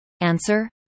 Answer